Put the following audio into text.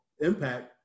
impact